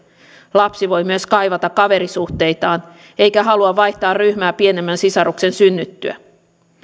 lapsi voi myös kaivata kaverisuhteitaan eikä halua vaihtaa ryhmää pienemmän sisaruksen synnyttyä